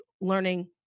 learning